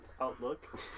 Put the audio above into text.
outlook